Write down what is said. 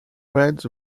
red